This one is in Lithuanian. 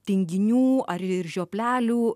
tinginių ar ir žioplelių